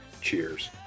Cheers